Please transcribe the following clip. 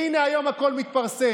והינה, היום הכול מתפרסם.